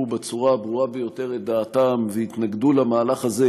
בצורה הברורה ביותר את דעתם והתנגדו למהלך הזה,